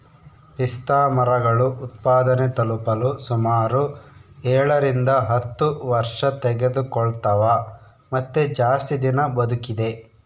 ಪಿಸ್ತಾಮರಗಳು ಉತ್ಪಾದನೆ ತಲುಪಲು ಸುಮಾರು ಏಳರಿಂದ ಹತ್ತು ವರ್ಷತೆಗೆದುಕೊಳ್ತವ ಮತ್ತೆ ಜಾಸ್ತಿ ದಿನ ಬದುಕಿದೆ